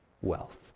wealth